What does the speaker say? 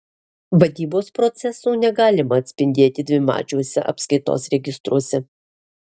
vadybos procesų negalima atspindėti dvimačiuose apskaitos registruose